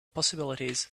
possibilities